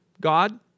God